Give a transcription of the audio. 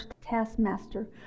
taskmaster